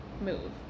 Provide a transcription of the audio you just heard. move